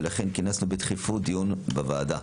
לכן כינסנו בדחיפות דיון בוועדה.